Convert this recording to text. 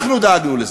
אנחנו דאגנו לזה,